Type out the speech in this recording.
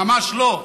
ממש לא.